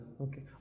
Okay